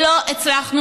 ברכות לארצות הברית.